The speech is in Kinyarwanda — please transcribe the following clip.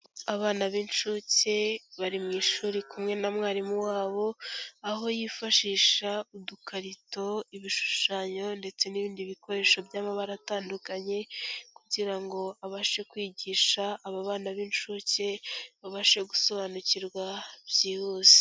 Abana b'incuke bari mu ishuri kumwe na mwarimu wabo, aho yifashisha udukarito, ibishushanyo ndetse n'ibindi bikoresho by'amabara atandukanye kugira ngo abashe kwigisha aba bana b'incuke, babashe gusobanukirwa byihuse.